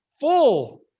full